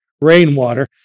rainwater